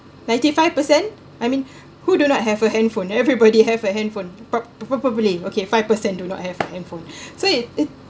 ninety five per cent I mean who do not have a handphone everybody have a handphone prob probably okay five percent do not have informed so it it